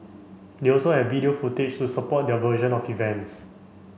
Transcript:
they also have video footage to support their version of events